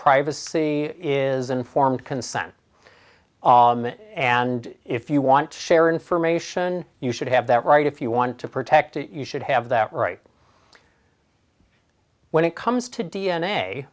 privacy is informed consent and if you want to share information you should have that right if you want to protect it you should have that right when it comes to d